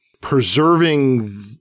preserving